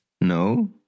No